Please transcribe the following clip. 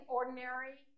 ordinary